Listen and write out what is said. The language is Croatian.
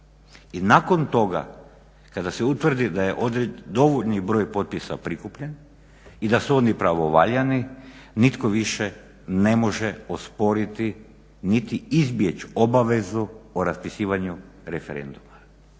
I nakon toga kada se utvrdi da je dovoljan broj potpisa prikupljen i da su oni pravovaljani, nitko više ne može osporiti niti izbjeći obavezu o raspisivanju referenduma.